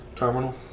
Terminal